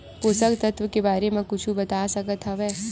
पोषक तत्व के बारे मा कुछु बता सकत हवय?